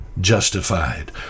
justified